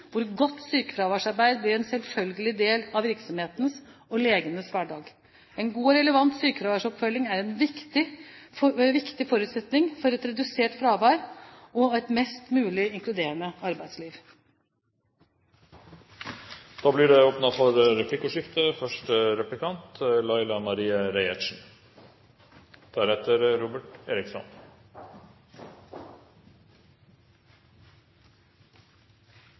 hvor godt sykefraværsarbeid blir en selvfølgelig del av virksomhetenes – og legenes – hverdag. En god og relevant sykefraværsoppfølging er en viktig forutsetning for et redusert fravær og et mest mulig inkluderende arbeidsliv. Det blir åpnet for replikkordskifte.